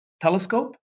telescope